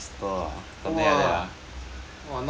!wah! not bad leh